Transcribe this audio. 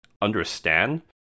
understand